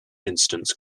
instance